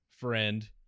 friend